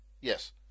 Yes